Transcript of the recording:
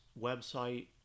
website